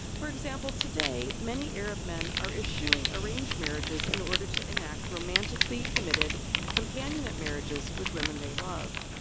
for example, today many arab men are eschewing arranged marriages in order to enact romantically-committed companionate marriages with women they love.